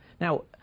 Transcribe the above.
Now